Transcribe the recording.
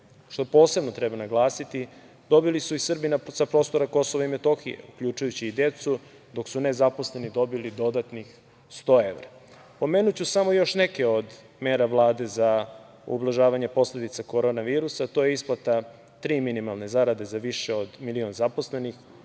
što posebno treba naglasiti, dobili su i Srbi sa prostora Kosova i Metohije, uključujući i decu, dok su nezaposleni dobili dodatnih 100 evra. Pomenuću samo neke od mera Vlade za ublažavanje posledica korona virusa, a to je isplata tri minimalne zarade za više od milion zaposlenih,